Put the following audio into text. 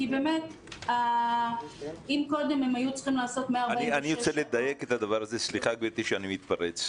כי אם קודם הם היו צריכים לעשות --- סליחה גברתי שאני מתפרץ,